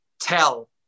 tell